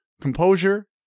Composure